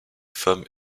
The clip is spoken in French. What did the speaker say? femmes